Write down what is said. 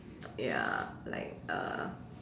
ya like a